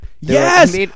Yes